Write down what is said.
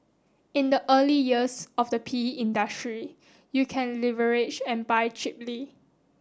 in the early years of the P E industry you can leverage and buy cheaply